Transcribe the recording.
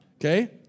Okay